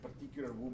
particular